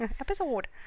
Episode